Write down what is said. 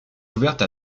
ouverte